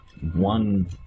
one